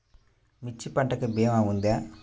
మిర్చి పంటకి భీమా ఉందా?